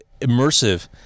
immersive